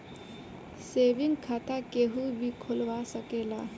saving खाता केहू भी खोलवा सकेला